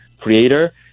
creator